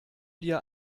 dir